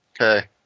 Okay